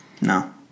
no